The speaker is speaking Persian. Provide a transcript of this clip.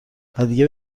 ودیگه